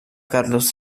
carlos